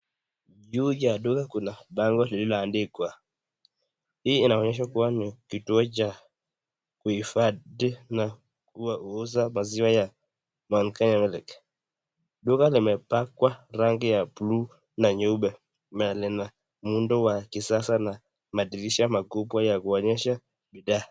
Juu ya duka kuna barua iliandikwa. Hii inaonyesha kuwa ni kituo cha kuhifadhi na kuuza maziwa ya Mt Kenya milk duka imepakwa rangi ya blue na nyeupe na lina muundo wa kisasa na madirisha makubwa ya kuinyesha bidha.